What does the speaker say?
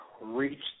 reached